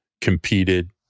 competed